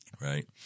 right